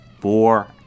four